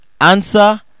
Answer